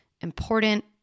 important